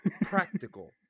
practical